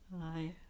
hi